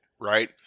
right